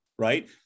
Right